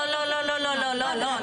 לא לא לא לא לא.